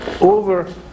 over